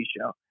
show